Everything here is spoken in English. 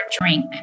drink